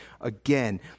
again